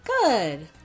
Good